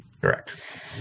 Correct